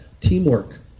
teamwork